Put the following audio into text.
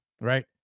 right